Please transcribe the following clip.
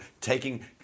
taking